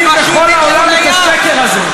כיוון שלעולם לא ניתֵן זכות הצבעה לפלסטינים,